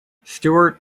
stuart